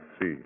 see